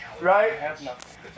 right